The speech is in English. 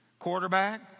Quarterback